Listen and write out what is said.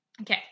Okay